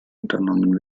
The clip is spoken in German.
unternommen